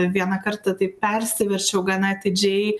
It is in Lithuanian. vieną kartą taip persiverčiau gan atidžiai